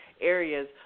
areas